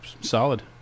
solid